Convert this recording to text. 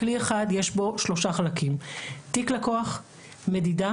כלי אחד יש בו שלושה חלקים: תיק לקוח, מדידה